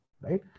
Right